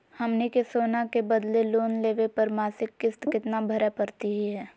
हमनी के सोना के बदले लोन लेवे पर मासिक किस्त केतना भरै परतही हे?